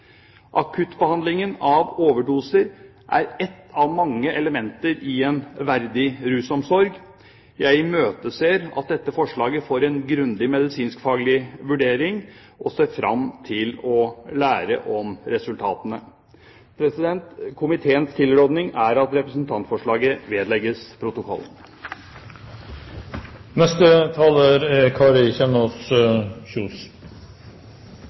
Akuttbehandlingen av overdoser er ett av mange elementer i en verdig rusomsorg. Jeg imøteser at dette forslaget får en grundig medisinsk-faglig vurdering og ser fram til å lære om resultatene. Komiteens tilråding er at representantforslaget vedlegges